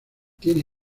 tiene